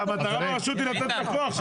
המטרה של הרשות זה לתת לה כוח,